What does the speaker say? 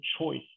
choice